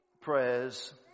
prayers